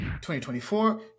2024